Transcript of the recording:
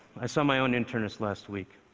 i saw my own internist last week,